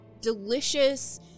delicious